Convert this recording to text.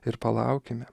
ir palaukime